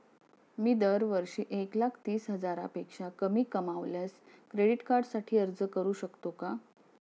मी दरवर्षी एक लाख तीस हजारापेक्षा कमी कमावल्यास क्रेडिट कार्डसाठी अर्ज करू शकतो का?